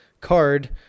card